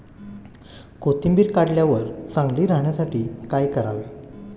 कोथिंबीर काढल्यावर चांगली राहण्यासाठी काय करावे?